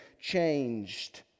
changed